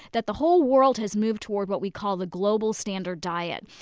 that the whole world has moved toward what we call the global standard diet.